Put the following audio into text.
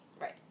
Right